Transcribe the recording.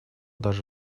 даже